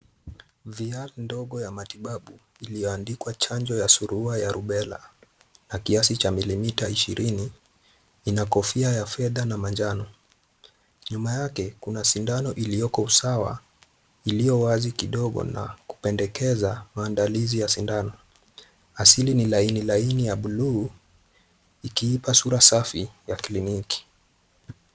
Vr ndogo ya matibabu iliyoandikwa chanjo ya surua ya Rubella na kiasi cha milimita ishirini ina kofia ya fedha na manjano. Nyuma yake kuna sindano ilioko sawa iliyo wazi kidogo na kupendekeza maandalizi ya sindano. Asili ni laini laini ya buluu ikiipa sura safi ya kliniki.